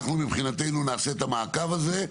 אנחנו מבחינתנו נעשה את המעקב הזה.